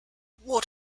what